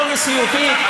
לא נשיאותית?